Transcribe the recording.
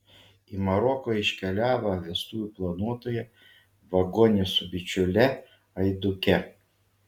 į maroką iškeliavo vestuvių planuotoja vagonė su bičiule aiduke